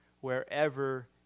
wherever